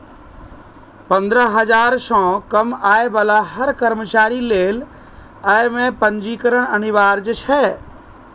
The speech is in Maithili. पंद्रह हजार सं कम आय बला हर कर्मचारी लेल अय मे पंजीकरण अनिवार्य छै